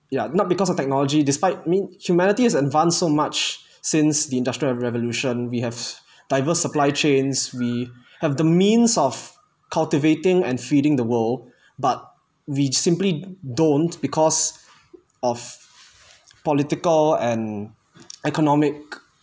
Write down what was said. ya not because of technology despite mean humanities has advanced so much since the industrial revolution we have diverse supply chains we have the means of cultivating and feeding the world but we'd simply don't because of political and economic